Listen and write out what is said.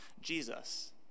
Jesus